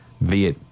via